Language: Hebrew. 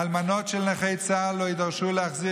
אלמנות של נכי צה"ל לא יידרשו להחזיר